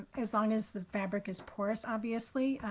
as long as the fabric is porous, obviously,